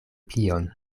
plion